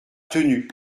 tenu